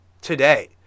today